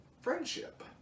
friendship